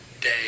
day